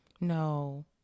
No